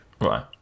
Right